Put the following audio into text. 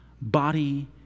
body